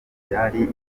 byari